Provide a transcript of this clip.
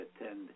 attend